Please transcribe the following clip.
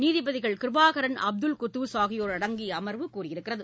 நீதிபதிகள் கிருபாகரன் அப்துல் குத்தூஸ் ஆகியோர் அடங்கியஅமர்வு கூறியது